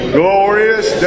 glorious